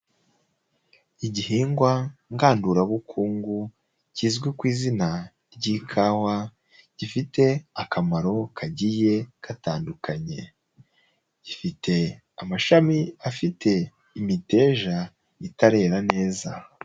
Igihingwa ngandura bukungu kizwi ku izina ry'ikawa gifite akamaro kagiye gatandukanye, gifite amashami afite imiteja itarera neza.